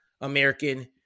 American